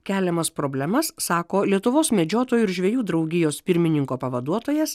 keliamas problemas sako lietuvos medžiotojų ir žvejų draugijos pirmininko pavaduotojas